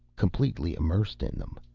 completely immersed in them.